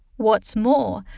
what's more,